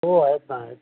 हो आहेत ना आहेत